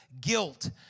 guilt